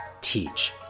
teach